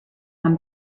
come